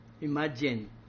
imagine